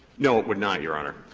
no, it would not, your honor.